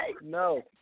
No